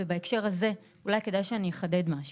ובהקשר הזה אולי כדאי שאני אחדד משהו: